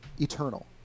eternal